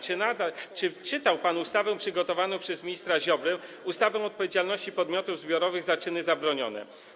Czy czytał pan ustawę przygotowaną przez ministra Ziobrę, ustawę o odpowiedzialności podmiotów zbiorowych za czyny zabronione?